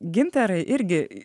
gintarai irgi